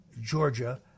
Georgia